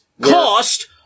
Cost